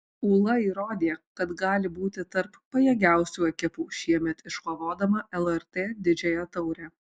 ūla įrodė kad gali būti tarp pajėgiausių ekipų šiemet iškovodama lrt didžiąją taurę